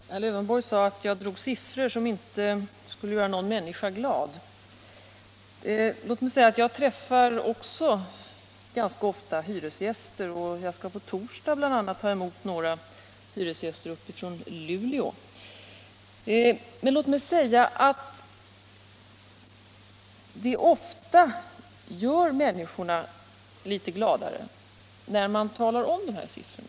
Herr talman! Herr Lövenborg sade att jag anförde siffror som inte skulle göra någon människa glad. Också jag träffar ganska ofta hyresgäster — jag skall på torsdag bl.a. ta emot några hyresgäster från Luleå — och jag vet att människor ofta blir litet gladare när man redovisar sådana här siffror.